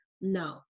No